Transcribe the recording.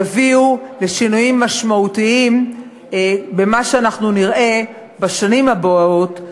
יביאו לשינויים משמעותיים במה שאנחנו נראה בשנים הבאות,